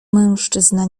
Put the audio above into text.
mężczyzna